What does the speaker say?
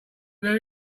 new